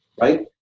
right